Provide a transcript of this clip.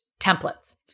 templates